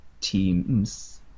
teams